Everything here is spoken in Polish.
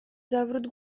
zawrót